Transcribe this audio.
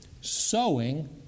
Sowing